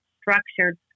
structured